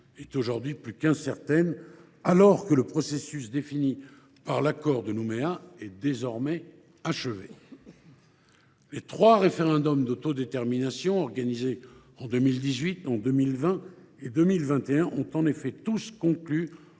est aujourd’hui plus qu’incertaine, alors que le processus défini par l’accord de Nouméa est désormais achevé. Les trois référendums d’autodétermination organisés en 2018, 2020 et 2021 ont en effet tous conclu